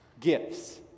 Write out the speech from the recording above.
gifts